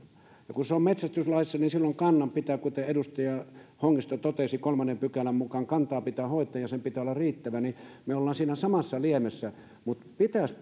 kun se on metsästyslaissa niin silloin kuten edustaja hongisto totesi kantaa pitää kolmannen pykälän mukaan hoitaa ja ja sen pitää olla riittävä ja silloin me olemme siinä samassa liemessä mutta pitäisi